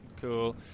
cool